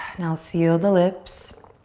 now seal the lips.